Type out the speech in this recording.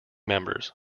members